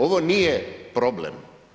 Ovo nije problem.